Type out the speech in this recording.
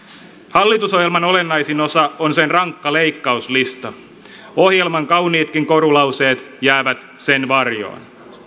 hallitusohjelman olennaisin osa on sen rankka leikkauslista ohjelman kauniitkin korulauseet jäävät sen varjoon